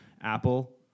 Apple